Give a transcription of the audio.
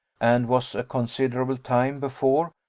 and was a considerable time before,